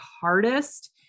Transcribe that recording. hardest